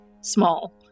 small